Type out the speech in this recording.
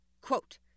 quote